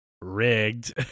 rigged